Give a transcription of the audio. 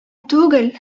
түгел